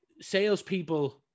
salespeople